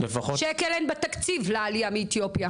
שקל אין בתקציב לעלייה מאתיופיה.